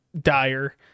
dire